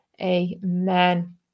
amen